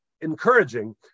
encouraging